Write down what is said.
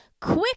Quick